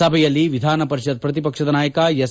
ಸಭೆಯಲ್ಲಿ ವಿಧಾನಪರಿಷತ್ ಪ್ರತಿಪಕ್ಷ ನಾಯಕ ಎಸ್